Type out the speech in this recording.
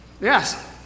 Yes